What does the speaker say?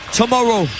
tomorrow